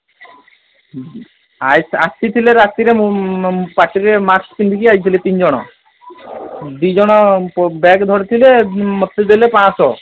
ଆସିଥିଲେ ରାତିରେ ପାଟିରେ ମାସ୍କ୍ ପିନ୍ଧିକି ଆସିଥିଲେ ତିନି ଜଣ ଦୁଇ ଜଣ ବ୍ୟାଗ୍ ଧରିଥିଲେ ମତେ ଦେଲେ ପାଞ୍ଚଶହ